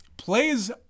Plays